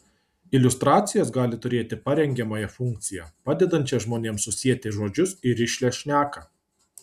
iliustracijos gali turėti parengiamąją funkciją padedančią žmonėms susieti žodžius į rišlią šneką